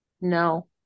No